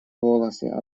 волосы